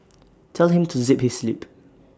tell him to zip his lip